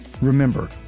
Remember